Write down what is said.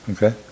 Okay